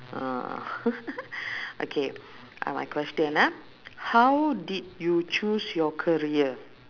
uh okay uh my question ah how did you choose your career